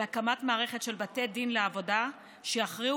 על הקמת מערכת של בתי דין לעבודה שיכריעו